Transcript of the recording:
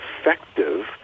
effective